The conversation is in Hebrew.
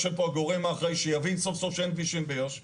יושב פה הגורם האחראי שיבין סוף סוף שאין כבישים ביו"ש.